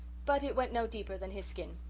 but it went no deeper than his skin.